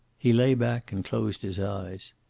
he lay back and closed his eyes.